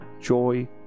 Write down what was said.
joy